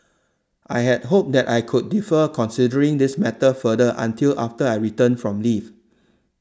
I had hoped that I could defer considering this matter further until after I return from leave